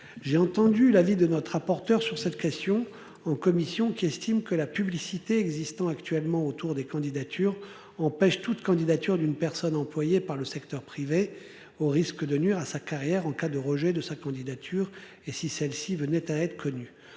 J'ai entendu l'avis de notre rapporteur sur cette question en commission qui estime que la publicité existant actuellement autour des candidatures empêche toute candidature d'une personne employée par le secteur privé, au risque de nuire à sa carrière en cas de rejet de sa candidature et si celle-ci venait à être connu.